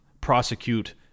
prosecute